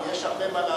כי יש הרבה מה לעשות.